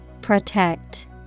Protect